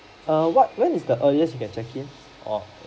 err what when is the earliest you can check in